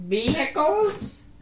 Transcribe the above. Vehicles